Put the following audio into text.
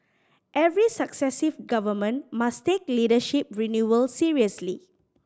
every successive Government must take leadership renewal seriously